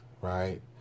right